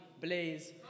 Blaze